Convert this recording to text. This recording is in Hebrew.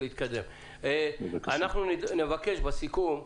אנחנו נבקש בסיכום,